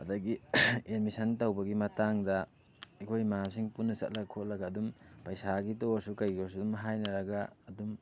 ꯑꯗꯒꯤ ꯑꯦꯠꯃꯤꯁꯟ ꯇꯧꯕꯒꯤ ꯃꯇꯥꯡꯗ ꯑꯩꯈꯣꯏ ꯏꯃꯥꯟꯅꯕꯁꯤꯡ ꯄꯨꯟꯅ ꯆꯠꯂꯒ ꯈꯣꯠꯂꯒ ꯑꯗꯨꯝ ꯄꯩꯁꯥꯒꯤꯗ ꯑꯣꯏꯔꯁꯨ ꯀꯩꯒꯤ ꯑꯣꯏꯔꯁꯨ ꯑꯗꯨꯝ ꯍꯥꯏꯅꯔꯒ ꯑꯗꯨꯝ